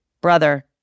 brother